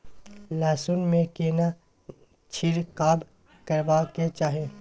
लहसुन में केना छिरकाव करबा के चाही?